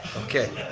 okay.